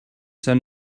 send